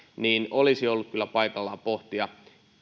olisi ollut kyllä paikallaan pohtia sitä